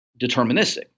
deterministic